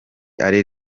ari